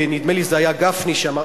נדמה לי שזה היה גפני שאמר,